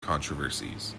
controversies